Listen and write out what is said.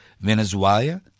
Venezuela